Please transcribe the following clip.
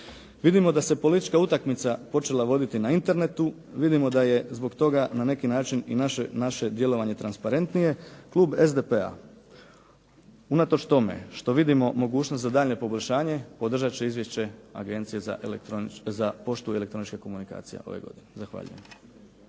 Vidimo da se politička utakmica počela voditi na Internetu, vidimo da je i zbog toga na neki način i naše djelovanje transparentnije. Klub SDP-a unatoč tome što vidimo mogućnost za daljnje …/Govornik se ne razumije./… podržati će Izvješće Agencije za poštu i elektroničke komunikacije …/Govornik se